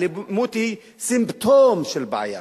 האלימות היא סימפטום של בעיה,